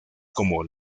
como